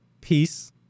peace